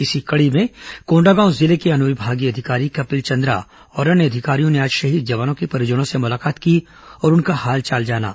इसी कड़ी में कोंडागांव जिले के अनुविभागीय अधिकारी कपिल चंद्रा और अन्य अधिकारियों ने आज शहीद जवानों के परिजनों से मुलाकात की और उनका हालचाल जाना